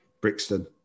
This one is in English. Brixton